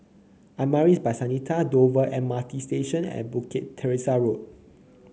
Amaris By Santika Dover M R T Station and Bukit Teresa Road